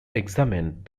examined